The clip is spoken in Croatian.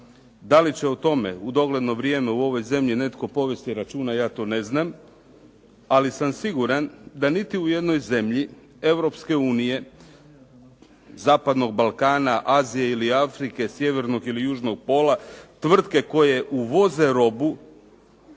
Da li će o tome u dogledno vrijeme u ovoj zemlji netko povesti računa, ja to ne znam, ali sam siguran da niti u jednoj zemlji Europske unije, Zapadnog Balkana, Azije ili Afrike, Sjevernog ili Južnog pola tvrtke koje uvoze robu,